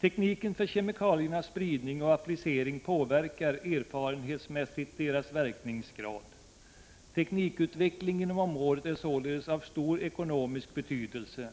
Tekniken för kemikaliernas spridning och applicering påverkar erfarenhetsmässigt deras verkningsgrad. Teknikutveckling inom området är således av stor ekonomisk betydelse.